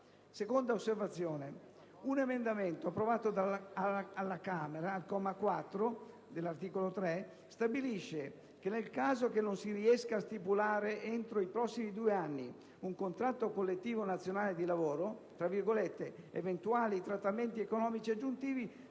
Seconda osservazione. Un emendamento approvato alla Camera al comma 4 dell'articolo 3 stabilisce che, nel caso in cui non si riesca a stipulare entro i prossimi due anni un contratto collettivo nazionale di lavoro, «eventuali trattamenti economici aggiuntivi